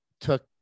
took